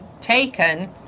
taken